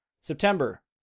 September